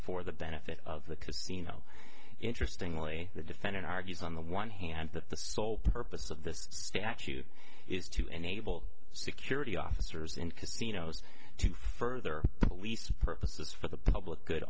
for the benefit of the casino interestingly the defendant argues on the one hand that the sole purpose of this statute is to enable security officers in casinos to further police purposes for the public good